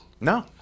No